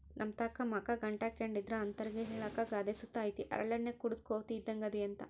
ನಮ್ತಾಕ ಮಕ ಗಂಟಾಕ್ಕೆಂಡಿದ್ರ ಅಂತರ್ಗೆ ಹೇಳಾಕ ಗಾದೆ ಸುತ ಐತೆ ಹರಳೆಣ್ಣೆ ಕುಡುದ್ ಕೋತಿ ಇದ್ದಂಗ್ ಅದಿಯಂತ